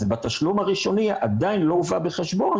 אז בתשלום הראשוני עדיין לא הובא בחשבון